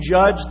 judge